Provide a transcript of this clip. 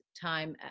time